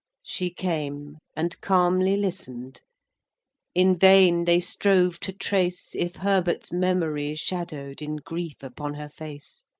she came, and calmly listen'd in vain they strove to trace if herbert's memory shadow'd in grief upon her face.